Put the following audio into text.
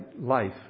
life